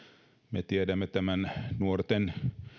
me tiedämme nuorten